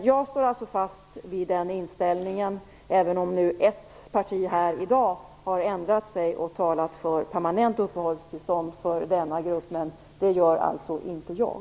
Jag står alltså fast vid den inställningen, även om nu ett parti här i dag har ändrat sig och talar för permanent uppehållstillstånd för denna grupp. Det gör alltså inte jag.